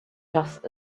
just